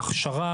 לגבי ההכשרות,